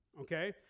okay